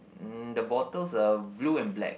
mm the bottles are blue and black